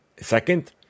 second